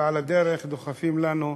ועל הדרך דוחפים לנו,